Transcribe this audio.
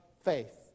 faith